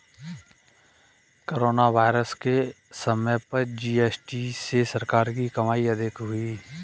corona virus के समय पर जी.एस.टी से सरकार की कमाई अधिक हुई